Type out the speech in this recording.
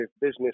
business